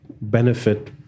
benefit